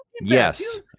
Yes